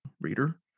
reader